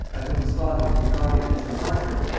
by whom his father was regarded as a martyr,